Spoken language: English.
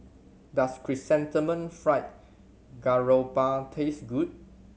does Chrysanthemum Fried Garoupa taste good